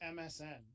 MSN